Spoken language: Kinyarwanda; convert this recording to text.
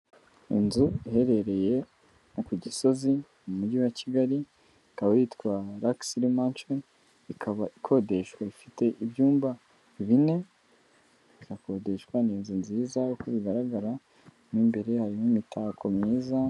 Inzu iherereye ku Gisozi mu Mujyi wa Kigali, ikaba yitwa lax rimanci ikaba ikodeshwa ikaba ifite ibyumba bine irakodeshwa ni inzu nziza uko bigaragara mimbere harimo imitako myiza.